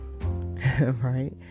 Right